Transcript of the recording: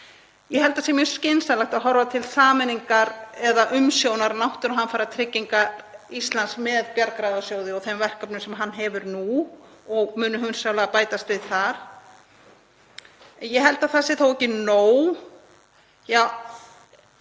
Ég held að það sé mjög skynsamlegt að horfa til sameiningar eða umsjónar Náttúruhamfaratryggingar Íslands með Bjargráðasjóði og þeim verkefnum sem hann hefur nú og munu hugsanlega bætast við. Ég held að það sé þó ekki nóg.